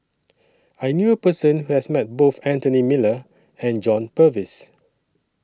I knew A Person Who has Met Both Anthony Miller and John Purvis